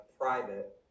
private